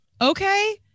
Okay